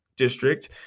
district